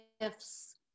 gifts